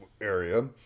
area